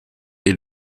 est